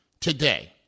today